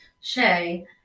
Shay